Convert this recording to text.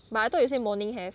but I thought you say morning have